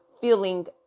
feeling